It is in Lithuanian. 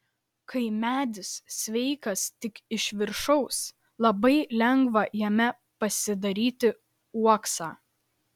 kai medis sveikas tik iš viršaus labai lengva jame pasidaryti uoksą